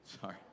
Sorry